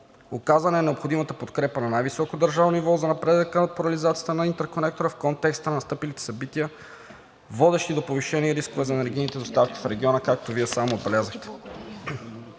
Оказана е необходимата подкрепа на най-високо държавно ниво за напредъка от актуализацията на интерконектора в контекста на настъпилите събития, водещи до повишения риск при енергийните доставки в региона, както Вие сам отбелязвате.